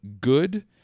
good